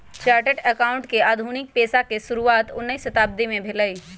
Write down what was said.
chartered accountant के आधुनिक पेशा के शुरुआत उनइ शताब्दी में भेलइ